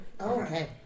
Okay